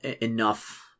enough